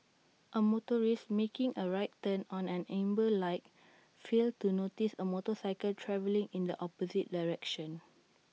A motorist making A right turn on an amber light failed to notice A motorcycle travelling in the opposite direction